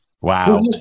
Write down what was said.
Wow